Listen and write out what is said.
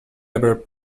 ever